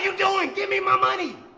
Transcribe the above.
you doing? give me my money.